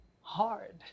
Hard